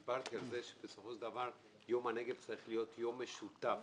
דיברתי על כך שבסופו של דבר יום הנגב צריך להיות יום משותף